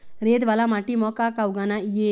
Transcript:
रेत वाला माटी म का का उगाना ये?